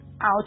out